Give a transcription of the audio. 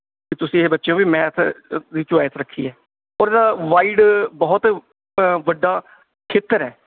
ਅਤੇ ਤੁਸੀਂ ਇਹ ਬੱਚਿਓ ਵੀ ਮੈਥ ਅ ਦੀ ਚੁਆਇਸ ਰੱਖੀ ਹੈ ਔਰ ਵਾਈਡ ਬਹੁਤ ਵੱਡਾ ਖੇਤਰ ਹੈ